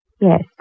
Yes